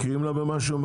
מכירים לו במשהו?